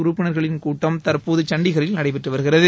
உறப்பினர்களின் கூட்டம் தற்போது சண்டிகரில் நடைபெற்று வருகிறது